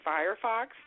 Firefox